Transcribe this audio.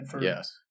Yes